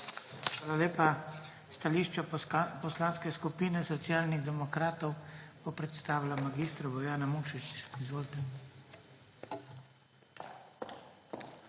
Hvala lepa. Stališče Poslanske skupine Socialnih demokratov bo predstavila mag. Bojana Muršič. Izvolite.